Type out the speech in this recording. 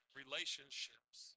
relationships